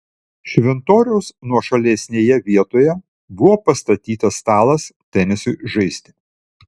šventoriaus nuošalesnėje vietoje buvo pastatytas stalas tenisui žaisti